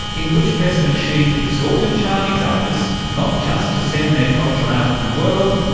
in which president xi exhorted chinese artists not just to send their culture out into the world,